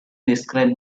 describe